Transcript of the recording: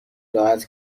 راحت